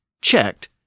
checked